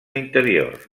interior